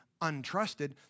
untrusted